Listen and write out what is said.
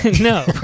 no